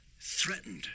threatened